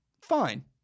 fine